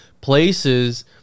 places